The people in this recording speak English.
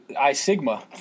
I-sigma